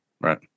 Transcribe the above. Right